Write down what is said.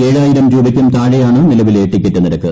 ഏഴായിരം രൂപയ്ക്കും താഴെയാണ് നിലവിലെ ടിക്കറ്റ് നിരക്ക്